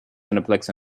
cineplex